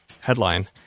headline